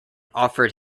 offered